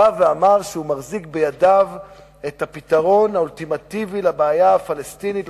בא ואמר שהוא מחזיק בידיו את הפתרון האולטימטיבי לבעיה הפלסטינית,